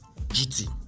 GT